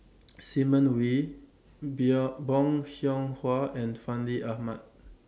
Simon Wee Be A Bong Hiong Hwa and Fandi Ahmad